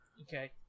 Okay